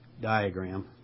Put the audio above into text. diagram